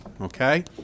Okay